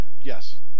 yes